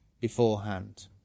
beforehand